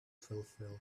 fulfill